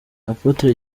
apotre